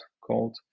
called